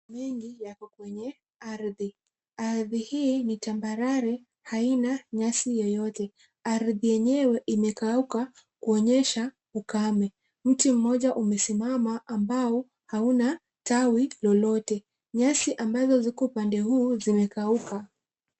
Mengi yako kwenye ardhi. Ardhi hii ni tambarare haina nyasi yeyote. Ardhi hii imekauka kuonyesha ukame. Mti mmoja umesimama ambao hauna tawi lolote. Nyasi ambazo ziko upande huu zimekauka.